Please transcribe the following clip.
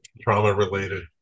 trauma-related